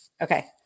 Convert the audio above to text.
okay